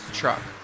truck